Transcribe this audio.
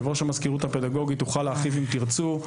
ויושבת-ראש המזכירות הפדגוגית תוכל להרחיב אם תרצו,